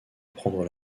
prendre